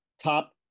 top